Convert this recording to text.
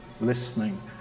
listening